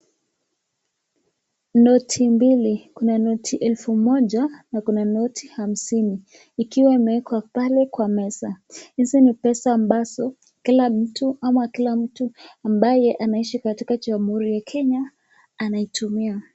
Noti mbili, kuna noti elfu moja na kuna noti hamsini ikiwa imewekwa pale kwa meza. Hizi ni pesa ambazo kila mtu ama kila mtu ambaye anaishi katika jamuhuri ya kenya anaitumia.